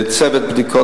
צוות בדיקות,